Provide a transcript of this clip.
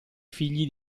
figli